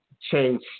change